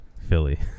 Philly